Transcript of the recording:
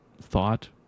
thought